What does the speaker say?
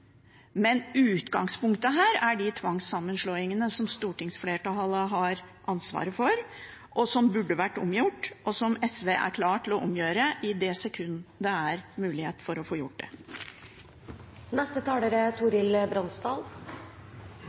Men utgangspunktet her er de tvangssammenslåingene som stortingsflertallet har ansvaret for, og som burde vært omgjort, og som SV er klar til å omgjøre i det sekund det er mulighet for å få gjort